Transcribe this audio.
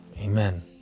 Amen